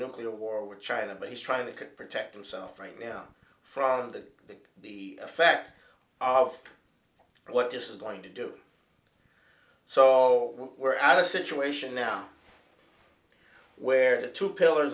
nuclear war with china but he's trying to protect himself right now from the big effect of what this is going to do so we're at a situation now where the two pillars